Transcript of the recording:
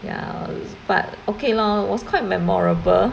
ya but okay lor it was quite memorable